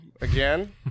again